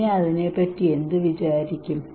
പിന്നെ അതിനെ പറ്റി എന്ത് വിചാരിക്കും